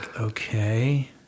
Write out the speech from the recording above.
okay